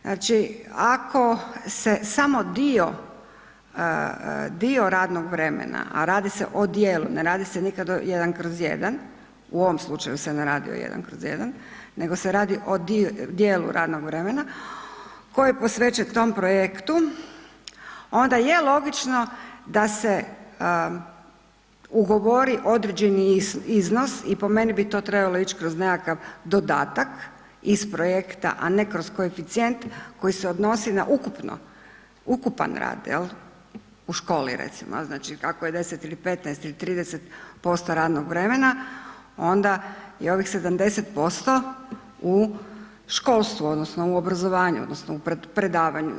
Znači ako se samo dio radnog vremena, a radi se o dijelu, ne radi se nikad jedan kroz jedan, u ovom slučaju se ne radi jedan kroz jedan, nego se radi o dijelu radnog vremena koji je posvećen tom projektu onda je logično da se ugovori određeni iznos i po meni bi to trebalo ići kroz nekakav dodatak iz projekta, a ne kroz koeficijent koji se odnosi na ukupan rad u školi recimo, kako je 10 ili 15 ili 30% radnog vremena je ovih 70% u školstvu odnosno obrazovanju odnosno u predavanju.